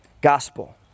gospel